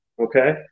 Okay